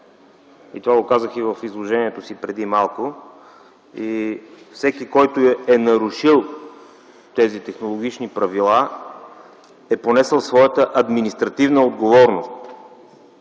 Това казах и в изложението си преди малко. Всеки, който е нарушил тези технологични правила, е понесъл своята административна отговорност.